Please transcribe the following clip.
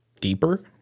deeper